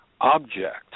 object